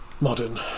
modern